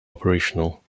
operational